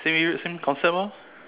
same you same concept orh